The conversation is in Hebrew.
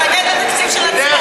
שר האוצר מתנגד לתקציב של עצמו.